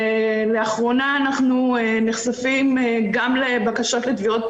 לאחרונה אנחנו נחשפים גם לבקשות לתביעות